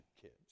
kids